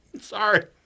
Sorry